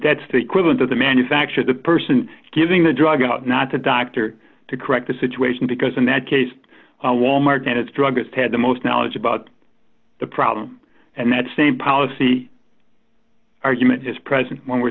that's the equivalent of the manufacturer the person giving the drug not the doctor to correct the situation because in that case wal mart and its druggist had the most knowledge about the problem and that same policy argument is present when we're